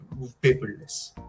paperless